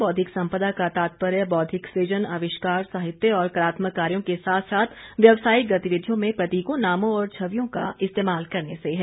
बौद्विक सम्पदा का तात्पर्य बौद्विक सुजन आविष्कार साहित्य और कलात्मक कार्यो के साथ साथ व्यावसायिक गतिविधियों में प्रतीकों नामों और छवियों का इस्तेमाल करने से है